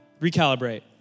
Recalibrate